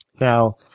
Now